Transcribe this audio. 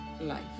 life